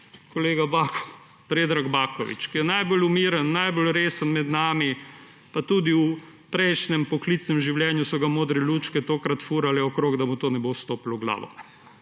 kolega Predraga Bakovića, ki je najbolj umirjen, najbolj resen med nami, pa tudi v prejšnjem poklicnem življenju so ga modre lučke tokrat furale okrog, da mu to ne bo stopilo v glavo,